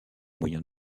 moyen